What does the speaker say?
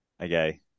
Okay